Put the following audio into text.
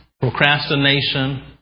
procrastination